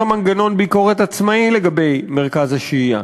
מנגנון ביקורת עצמאי לגבי מרכז השהייה.